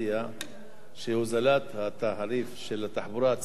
שהוזלת, התעריף של התחבורה הציבורית לפריפריה